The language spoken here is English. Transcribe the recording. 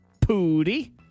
Pooty